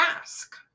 ask